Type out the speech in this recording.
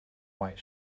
white